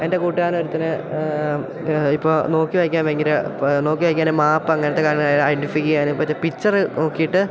എൻ്റെ കൂട്ടുകാരനൊരുത്തൻ ഇപ്പോൾ നോക്കി വായിക്കാൻ ഭയങ്കര ഇപ്പോൾ നോക്കി വായിക്കാൻ മാപ്പ് അങ്ങനത്തെ കാര്യങ്ങൾ ഐഡൻ്റിഫൈ ചെയ്യാനും മറ്റേ പിച്ചറ് നോക്കിയിട്ട്